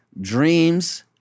Dreams